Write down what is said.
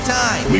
time